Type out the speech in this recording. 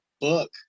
book